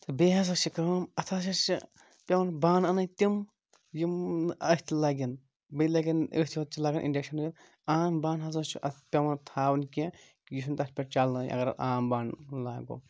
تہٕ بیٚیہِ ہَسا چھِ کٲم اَتھ ہَسا چھِ پٮ۪وان بانہٕ اَنٕنۍ تِم یِم اَتھِ لَگن بیٚیہِ لَگن أتھۍ یوت چھِ لَگَان اِنڈَکشَنٕے یوت عام بانہٕ ہَسا چھِ اَتھ پٮ۪وَان تھاوٕنۍ کینٛہہ یہِ چھُنہٕ تَتھ پٮ۪ٹھ چَلٲنٕے اگر عام بانہٕ لاگو